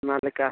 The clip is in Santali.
ᱚᱱᱟ ᱞᱮᱠᱟ